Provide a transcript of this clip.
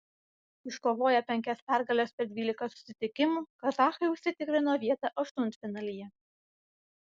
iškovoję penkias pergales per dvylika susitikimų kazachai užsitikrino vietą aštuntfinalyje